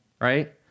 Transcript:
right